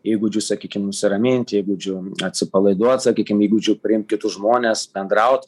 įgūdžių sakykim nusiramint įgūdžių atsipalaiduot sakykim įgūdžių priimt kitus žmones bendraut